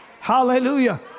Hallelujah